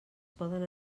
poden